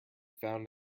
found